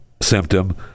Symptom